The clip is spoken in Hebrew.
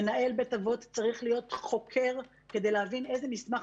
מנהל בית האבות צריך להיות חוקר כדי להבין איזה מסמך